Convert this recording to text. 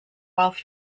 wealth